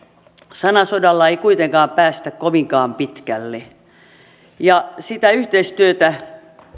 sanasodalla ei kuitenkaan päästä kovinkaan pitkälle sitä yhteistyötä